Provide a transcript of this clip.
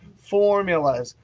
formulas,